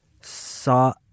saw